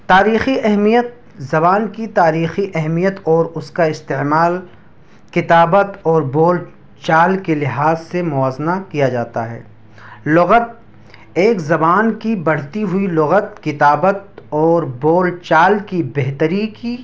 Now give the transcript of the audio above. تاریخی اہمیت زبان کی تاریخی اہمیت اور اس کا استعمال کتابت اور بول چال کے لحاظ سے موازنہ کیا جاتا ہے لغت ایک زبان کی بڑھتی ہوئی لغت کتابت اور بول چال کی بہتری کی